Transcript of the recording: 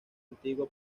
antigua